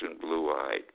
blue-eyed